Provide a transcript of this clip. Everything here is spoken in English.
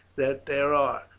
that there are,